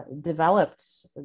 developed